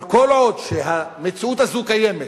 אבל כל עוד המציאות הזאת קיימת,